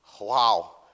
Wow